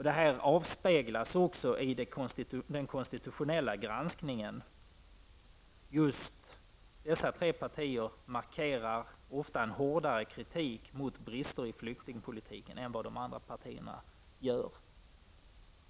Detta avspeglas också i den konstitutionella granskningen. Just dessa tre partier markerar ofta en hårdare kritik mot brister i flyktingpolitiken än de andra partierna gör.